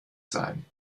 sein